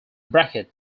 bracket